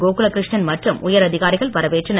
கோகுலகிருஷ்ணன் மற்றும் உயர் அதிகாரிகள் வரவேற்றனர்